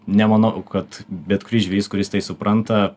nemanau kad bet kuris žvejys kuris tai supranta